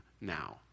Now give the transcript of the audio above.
now